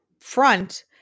front